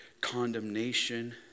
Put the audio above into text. condemnation